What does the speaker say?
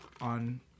on